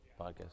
podcast